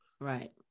Right